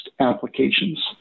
applications